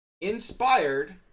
inspired